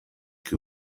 que